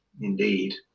Indeed